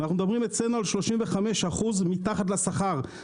אצלנו מדברים על 35% מתחת לשכר הממוצע במשק.